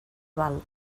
val